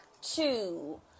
two